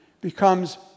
Becomes